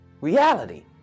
reality